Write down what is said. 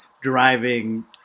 driving